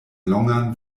longan